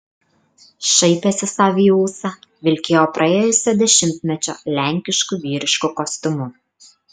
šaipėsi sau į ūsą vilkėjo praėjusio dešimtmečio lenkišku vyrišku kostiumu